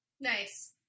Nice